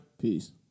peace